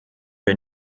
wir